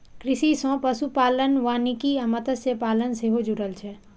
कृषि सं पशुपालन, वानिकी आ मत्स्यपालन सेहो जुड़ल छै